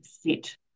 sit